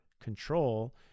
control